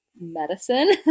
medicine